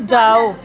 جاؤ